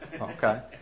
okay